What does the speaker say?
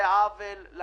זה לא מאבק.